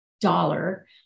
dollar